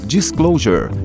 Disclosure